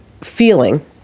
feeling